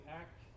act